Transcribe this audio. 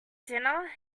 dinner